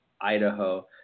Idaho